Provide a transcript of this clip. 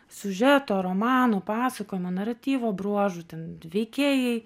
siužeto romano pasakojimo naratyvo bruožų ten veikėjai